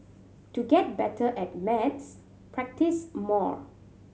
to get better at maths practise more